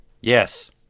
Yes